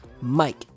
mike